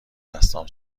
دستام